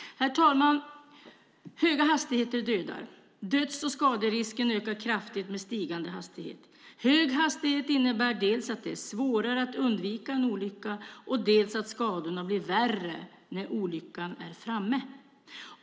Herr talman! Höga hastigheter dödar. Döds och skaderisken ökar kraftigt med stigande hastighet. Hög hastighet innebär dels att det är svårare att undvika en olycka, dels att skadorna blir värre när olyckan är framme.